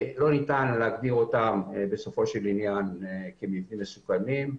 לא ניתן להגדיר אותם בסופו של עניין כמבנים מסוכנים.